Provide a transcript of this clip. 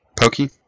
Pokey